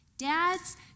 dads